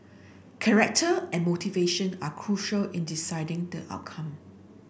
character and motivation are crucial in deciding the outcome